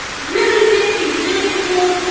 really nifty, really cool,